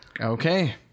okay